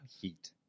heat